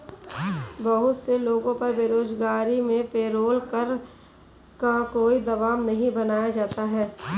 बहुत से लोगों पर बेरोजगारी में पेरोल कर का कोई दवाब नहीं बनाया जाता है